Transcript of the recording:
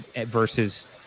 versus